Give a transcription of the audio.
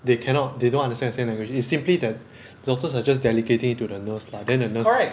they cannot they don't understand the same language it's simply that doctors are just delegating it to the nurse lah then the nurse